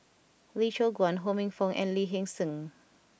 Lee Choon Guan Ho Minfong and Lee Hee Seng